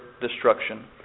destruction